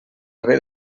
haver